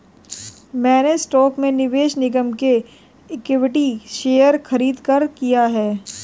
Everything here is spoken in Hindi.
मैंने स्टॉक में निवेश निगम के इक्विटी शेयर खरीदकर किया है